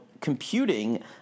computing